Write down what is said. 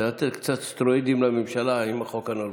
לתת קצת סטרואידים לממשלה עם החוק הנורבגי.